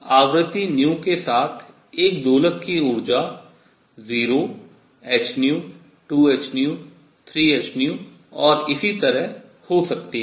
तो आवृत्ति के साथ एक दोलक की ऊर्जा 0hν 2hν 3hν और इसी तरह हो सकती है